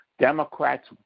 Democrats